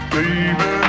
Baby